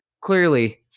clearly